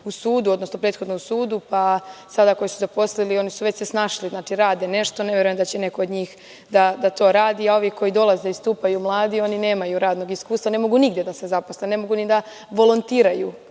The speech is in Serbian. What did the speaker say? u sudu, odnosno prethodno u sudu, pa sada koji su se zaposlili su se već snašli, znači rade nešto, ne verujem da će neko od njih da to radi, a ovi koji dolaze mladi, oni nemaju radnog iskustva, ne mogu nigde da se zaposle, ne mogu ni da volontiraju,